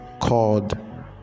called